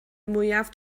mwyaf